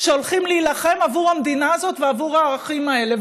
שהולכים להילחם עבור המדינה הזאת ועבור הערכים האלה,